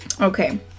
okay